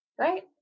Right